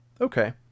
okay